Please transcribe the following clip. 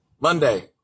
Monday